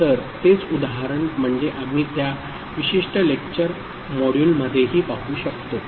तर तेच उदाहरण म्हणजे आम्ही त्या विशिष्ट लेक्चर मॉड्यूलमध्येही पाहू शकतो